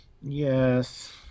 yes